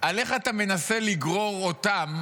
על איך אתה מנסה לגרור אותם